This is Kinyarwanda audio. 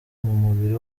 mubiri